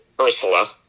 Ursula